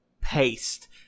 paste